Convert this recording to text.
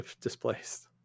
displaced